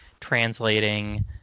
translating